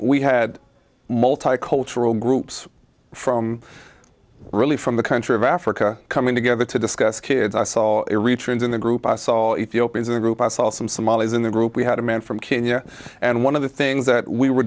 we had multicultural groups from really from the country of africa coming together to discuss kids i saw returns in the group i saw if you open a group i saw some somalis in the group we had a man from kenya and one of the things that we were